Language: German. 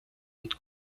und